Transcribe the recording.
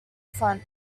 front